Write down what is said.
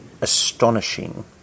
astonishing